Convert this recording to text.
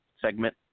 segment